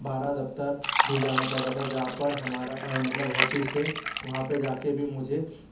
बारा दफ़्तर भी जाना पड़ा था जहाँ पर हमारा मतलब होफिस है वहाँ पर जाकर भी मुझे